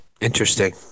Interesting